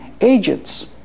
agents